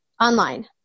online